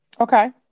Okay